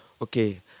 okay